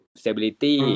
stability